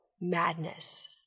madness